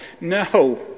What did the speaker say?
no